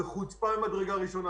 זו חוצפה ממדרגה ראשונה.